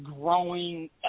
growing